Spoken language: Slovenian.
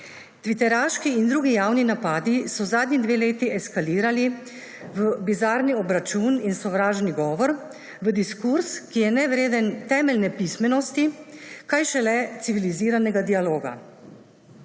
Tviteraški in drugi javni napadi so zadnji dve leti eskalirali v bizarni obračun in sovražni govor, v diskurz, ki je nevreden temeljne pismenosti, kaj šele civiliziranega dialoga.